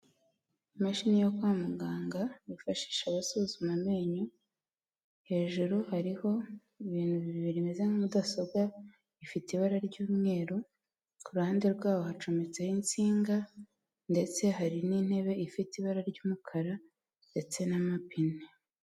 Imashini yo kwa muganga bifashisha basuzuma amenyo, hejuru hariho ibintu bibiri bimeze nka mudasobwa, ifite ibara ry'umweru, ku ruhande rwaho hacometseho insinga ndetse hari n'intebe ifite ibara ry'umukara ndetse n'amapine.